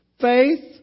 faith